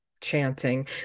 chanting